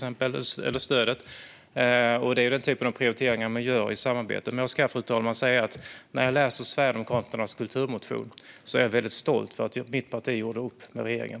Det är denna typ av prioriteringar som man gör i samarbete. Men, fru talman, jag ska säga att när jag läser Sverigedemokraternas kulturmotion är jag mycket stolt över att mitt parti gjorde upp med regeringen.